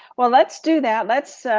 well, let's do that. let's